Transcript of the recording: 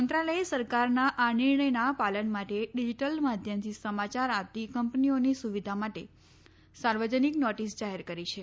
મંત્રાલયે સરકારના આ નિર્ણયના પાલન માટે ડિજીટલ માધ્યમથી સમાચાર આપતી પાત્ર કંપનીઓની સુવિધા માટે સાર્વજનિક નોટિસ જાહેર કરી છે